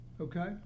okay